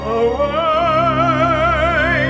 away